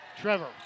Trevor